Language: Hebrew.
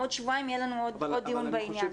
בעוד שבועיים יהיה לנו עוד דיון בעניין.